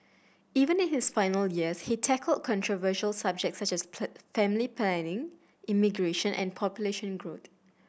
even in his final years he tackled controversial subjects such as family planning immigration and population growth